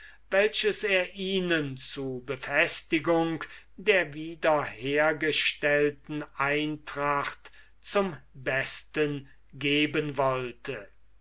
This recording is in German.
welches er ihnen zu befestigung der wiederhergestellten eintracht zum besten geben wollte